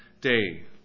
day